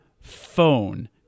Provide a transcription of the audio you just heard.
phone